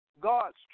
God's